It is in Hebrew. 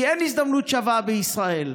כי אין הזדמנות שווה בישראל.